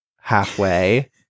halfway